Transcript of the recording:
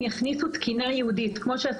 אם יכניסו תקינה ייעודית כמו שעשו